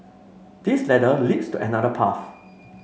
this ladder leads to another path